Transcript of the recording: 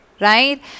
Right